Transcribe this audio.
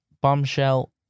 Bombshell